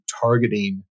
targeting